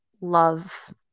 love